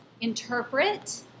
interpret